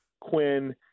Quinn